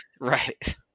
right